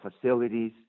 facilities